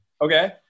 Okay